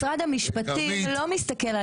משרד המשפטים לא מסתכל על